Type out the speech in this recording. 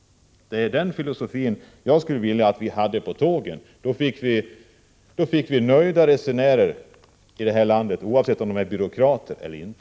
Det är den filosofin jag skulle vilja att vi hade beträffande tågen. Då fick vi nöjda resenärer i det här landet oavsett om de är byråkrater eller inte.